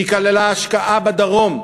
היא כללה השקעה בדרום,